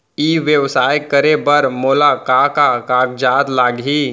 ई व्यवसाय करे बर मोला का का कागजात लागही?